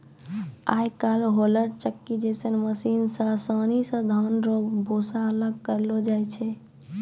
आय काइल होलर चक्की जैसन मशीन से आसानी से धान रो भूसा अलग करलो जाय छै